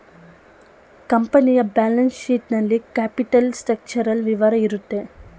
ಕಂಪನಿಯ balance sheet ನಲ್ಲಿ capital structural ವಿವರ ಇರುತ್ತೆ